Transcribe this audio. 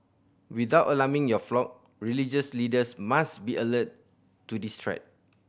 without alarming your flock religious leaders must be alert to this threat